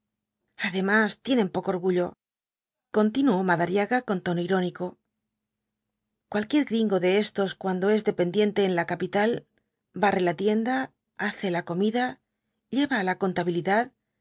además tienen tan poco orgullo continuó madariaga con tono irónico cualquier gringo de estos cuando es dependiente en la capital barre la tienda hace la comida lleva la contabilidad